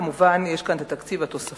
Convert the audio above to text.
כמובן, יש כאן גם התקציב התוספתי